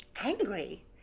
angry